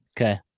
Okay